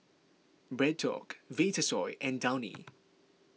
BreadTalk Vitasoy and Downy